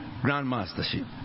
grandmastership